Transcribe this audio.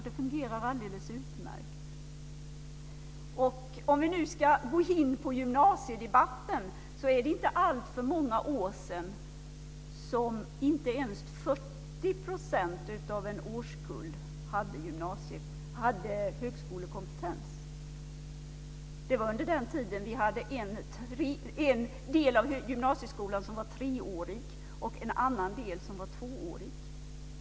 Det fungerar alldeles utmärkt. Om vi nu ska gå in på gymnasiedebatten så är det inte alltför många år sedan som inte ens 40 % av en årskull hade högskolekompetens. Det var under den tid då vi hade en del av gymnasieskolan som var treårig och en annan som var tvåårig.